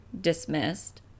dismissed